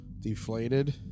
Deflated